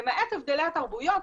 למעט הבדלי התרבויות,